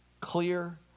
clear